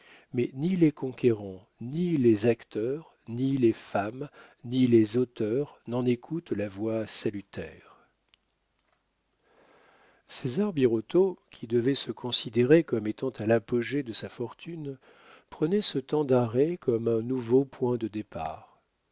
mais ni les conquérants ni les acteurs ni les femmes ni les auteurs n'en écoutent la voix salutaire césar birotteau qui devait se considérer comme étant à l'apogée de sa fortune prenait ce temps d'arrêt comme un nouveau point de départ